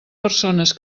persones